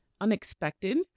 unexpected